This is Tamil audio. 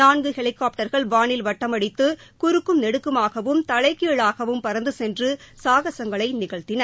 நான்கு ஹெலிகாப்டர்கள் வாளில் வட்டமடித்து குறுக்கும் நெடுக்குமாகவும் தலைகீழாகவும் பறந்து சென்று சாகசங்களை நிகழ்த்தின